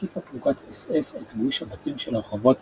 הקיפה פלוגת אס אס את גוש הבתים של הרחובות